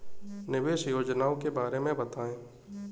निवेश योजनाओं के बारे में बताएँ?